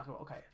okay